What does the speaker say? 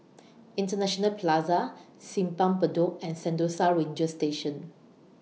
International Plaza Simpang Bedok and Sentosa Ranger Station